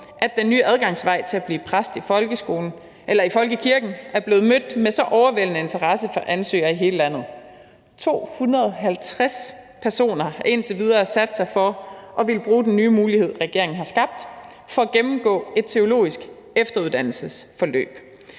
at den nye adgangsvej til at blive præst i folkekirken er blevet mødt med så overvældende interesse fra ansøgere i hele landet. 250 personer har indtil videre sat sig for at ville bruge den nye mulighed, regeringen har skabt, for at gennemgå et teologisk efteruddannelsesforløb